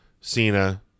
Cena